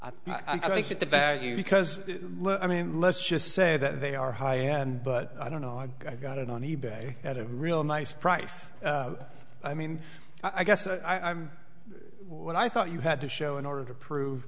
that the value because i mean let's just say that they are high end but i don't know i got it on e bay at a real nice price i mean i guess i'm what i thought you had to show in order to prove